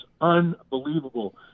unbelievable